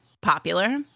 popular